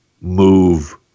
move